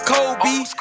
Kobe